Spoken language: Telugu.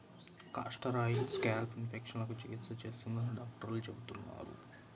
కాస్టర్ ఆయిల్ స్కాల్ప్ ఇన్ఫెక్షన్లకు చికిత్స చేస్తుందని డాక్టర్లు చెబుతున్నారు